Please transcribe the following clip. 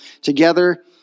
together